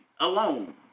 alone